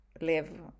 live